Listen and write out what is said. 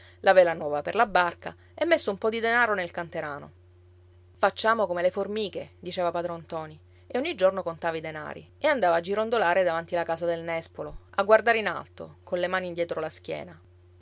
la vela nuova per la barca e messo un po di denaro nel canterano facciamo come le formiche diceva padron ntoni e ogni giorno contava i denari e andava a girondolare davanti la casa del nespolo a guardare in alto colle mani dietro la schiena